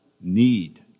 need